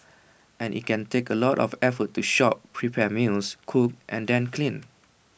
and IT can take A lot of effort to shop prepare meals cook and then clean